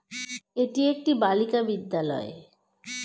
এটি একটি বালিকা বিদ্যালয়